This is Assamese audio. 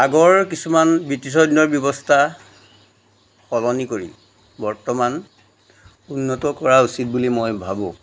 আগৰ কিছুমান ব্ৰিটিছৰ দিনৰ ব্যৱস্থা সলনি কৰি বৰ্তমান উন্নত কৰা উচিত বুলি মই ভাবো